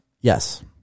yes